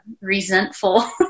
resentful